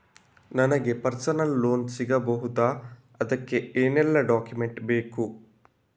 ನನಗೆ personal loan ಸಿಗಬಹುದ ಅದಕ್ಕೆ ಏನೆಲ್ಲ ಡಾಕ್ಯುಮೆಂಟ್ ಬೇಕು?